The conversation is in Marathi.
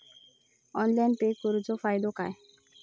ऑनलाइन पे करुन फायदो काय?